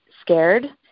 scared